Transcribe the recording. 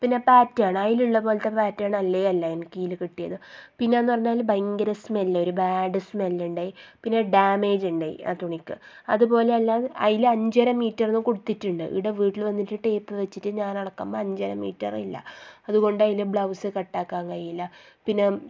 പിന്നെ പാറ്റേൺ അതിലുള്ളത് പോലത്തെ പാറ്റേൺ അല്ലേയല്ല എനിക്ക് ഇതിൽ കിട്ടിയത് പിന്നെയെന്ന് പറഞ്ഞാൽ ഭയങ്കര സ്മെൽ ഒരു ബാഡ് സ്മെൽ ഉണ്ടായി പിന്നെ ഡാമേജ് ഉണ്ടായി ആ തുണിക്ക് അതുപോലെ അല്ല അത് അതിൽ അഞ്ചര മീറ്റർ എന്ന് കൊടുത്തിട്ടുണ്ട് ഇവിടെ വീട്ടിൽ വന്നിട്ട് ടേപ്പ് വെച്ചിട്ട് ഞാൻ അളക്കുമ്പോൾ അഞ്ചര മീറ്റർ ഇല്ല അതുകൊണ്ട് അതിൽ ബ്ലൗസ് കട്ട് ആക്കാൻ കഴിയില്ല പിന്നെ